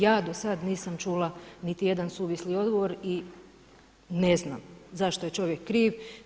Ja do sad nisam čula niti jedan suvisli odgovor i ne znam zašto je čovjek kriv.